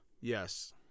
Yes